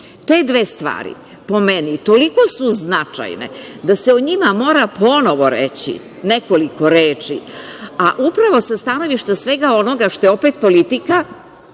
dve stvari po meni toliko su značajne da se o njima mora ponovo reći nekoliko reči. Upravo sa stanovišta svega onoga što je opet politika,